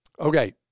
Okay